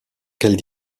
quelle